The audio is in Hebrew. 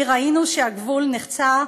כי ראינו שהגבול נחצה.